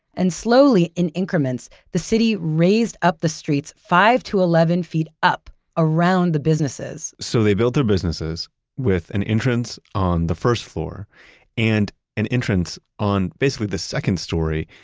and slowly, in increments, the city raised up the streets five to eleven feet up around the businesses so they built their businesses with an entrance on the first floor and an entrance on basically the second story,